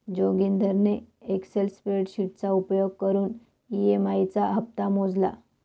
जोगिंदरने एक्सल स्प्रेडशीटचा उपयोग करून ई.एम.आई चा हप्ता मोजला